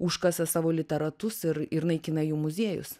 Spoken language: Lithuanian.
užkasa savo literatus ir ir naikina jų muziejus